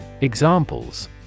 Examples